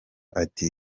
ati